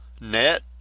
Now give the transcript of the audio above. Net